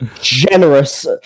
Generous